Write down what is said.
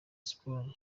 sports